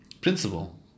principle